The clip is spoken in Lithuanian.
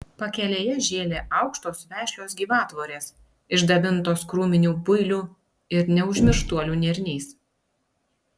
pakelėje žėlė aukštos vešlios gyvatvorės išdabintos krūminių builių ir neužmirštuolių nėriniais